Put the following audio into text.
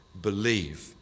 Believe